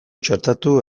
txertatu